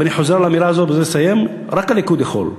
ואני חוזר על האמירה הזו ובזה אסיים: רק הליכוד יכול.